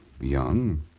Young